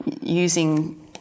using